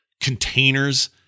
containers